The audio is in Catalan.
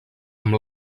amb